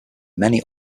many